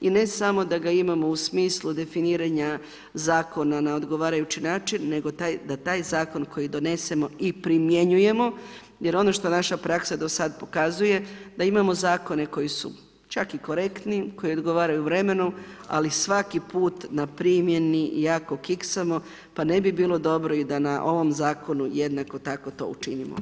I ne samo da ga imamo u smislu definiranja zakona na odgovarajući način, nego da taj zakon koji donesemo i primjenjujemo jer ono što naša praksa do sad pokazuje da imamo zakone koji su čak i korektni, koji odgovaraju vremenu, ali svaki put na primjeni jako kiksamo pa ne bi bilo dobro da na ovom zakonu jednako tako to učinimo.